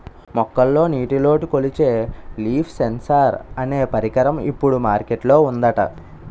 మొక్కల్లో నీటిలోటు కొలిచే లీఫ్ సెన్సార్ అనే పరికరం ఇప్పుడు మార్కెట్ లో ఉందట